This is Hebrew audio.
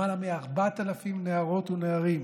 למעלה מ-4,000 נערות ונערים